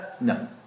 No